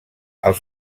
els